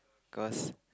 cause